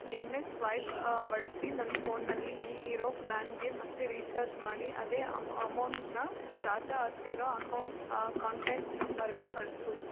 M S swipe ಬಳಸಿ ನನ್ನ ಫೋನಲ್ಲಿ ಈಗಿರೋ ಪ್ಲ್ಯಾನ್ಗೆ ಮತ್ತೆ ರೀಚಾರ್ಜ್ ಮಾಡಿ ಅದೇ ಅಮೌಂಟನ್ನ ತಾತ ಅಂತೀರೋ ಅಕೌಂಟ್ ಕಾಂಟ್ಯಾಕ್ಟ್ ನಂಬರ್ಗೆ ಕಳಿಸು